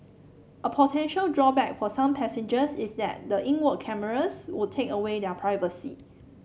a potential drawback for some passengers is that the inward cameras would take away their privacy